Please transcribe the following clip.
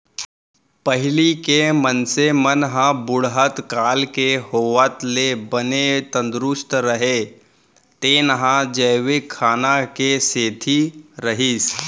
पहिली के मनसे मन ह बुढ़त काल के होवत ले बने तंदरूस्त रहें तेन ह जैविक खाना के सेती रहिस